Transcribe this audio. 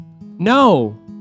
No